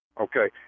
Okay